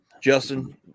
Justin